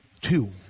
Two